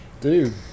Dude